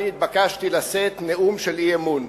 אני התבקשתי לשאת נאום של אי-אמון,